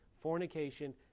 fornication